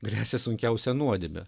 gresia sunkiausia nuodėme